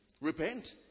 Repent